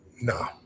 No